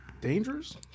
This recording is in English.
Dangerous